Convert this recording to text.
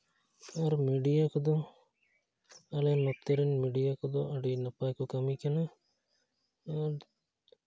ᱟᱨ media ᱠᱚᱫᱚ ᱟᱞᱮ ᱱᱚᱛᱮ ᱨᱮᱱ ᱢᱤᱰᱤᱭᱟ ᱠᱚᱫᱚ ᱟᱹᱰᱤ ᱱᱟᱯᱟᱭ ᱠᱚ ᱠᱟᱹᱢᱤ ᱠᱟᱱᱟ ᱟᱨ